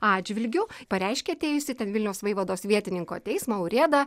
atžvilgiu pareiškė atėjusi ten vilniaus vaivados vietininko teismą urėdą